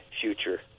future